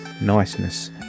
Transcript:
Niceness